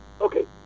okay